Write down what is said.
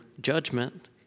judgment